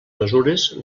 mesures